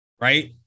Right